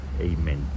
Amen